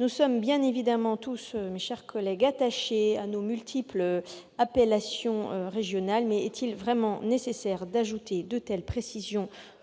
Nous sommes bien évidemment tous, mes chers collègues, attachés à nos multiples appellations régionales, mais est-il vraiment nécessaire d'ajouter de telles précisions